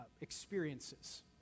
experiences